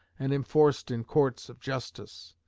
and enforced in courts of justice.